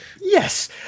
Yes